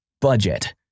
Budget